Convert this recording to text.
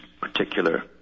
particular